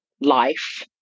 life